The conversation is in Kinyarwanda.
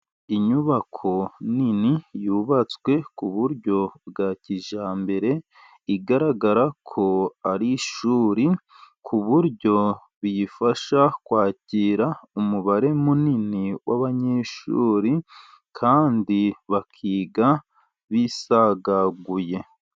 Inyubako nini yubatswe ku buryo bwa kijyambere igaragara ko ari ishuri, ku buryo biyifasha kwakira umubare munini w'abanyeshuri kandi bakiga bisagaguye.